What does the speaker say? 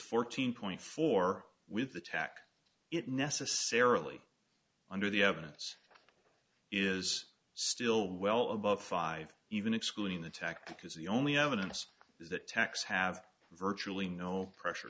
fourteen point four with attack it necessarily under the evidence is still well above five even excluding the attack because the only evidence is that tax have virtually no pressure